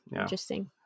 Interesting